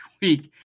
week